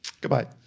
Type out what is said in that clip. Goodbye